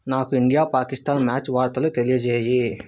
నాకు India Pakistan match వార్తలు తెలియజేయి